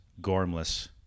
gormless